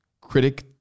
Critic